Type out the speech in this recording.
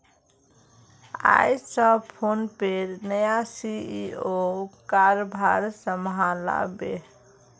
आइज स फोनपेर नया सी.ई.ओ कारभार संभला बे